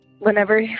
Whenever